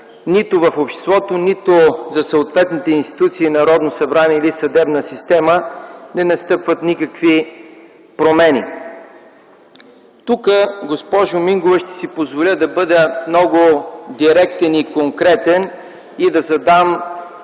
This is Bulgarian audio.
нито в обществото, нито за съответните институции, Народното събрание или в съдебната система. Тук, госпожо Мингова, ще си позволя да бъда много директен и конкретен и да задам